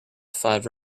five